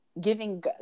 giving